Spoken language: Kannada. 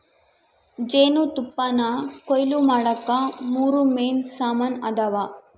ಜೇನುತುಪ್ಪಾನಕೊಯ್ಲು ಮಾಡಾಕ ಮೂರು ಮೇನ್ ಸಾಮಾನ್ ಅದಾವ